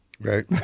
Right